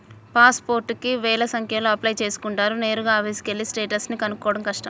pass పోర్టుకి వేల సంఖ్యలో అప్లై చేసుకుంటారు నేరుగా ఆఫీసుకెళ్ళి స్టేటస్ ని కనుక్కోడం కష్టం